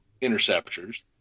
interceptors